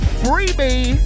freebie